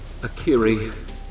Akiri